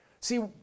See